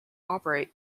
operate